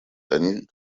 они